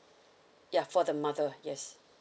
ya for the mother yes